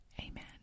amen